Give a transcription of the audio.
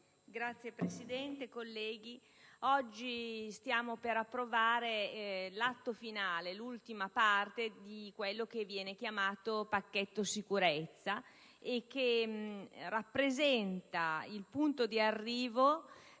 Signora Presidente, colleghi, oggi stiamo per approvare l'atto finale, l'ultima parte di quello che viene chiamato pacchetto sicurezza e che rappresenta il punto di arrivo